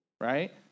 right